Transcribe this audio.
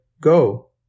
go